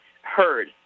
heard